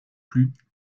plu